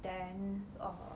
then err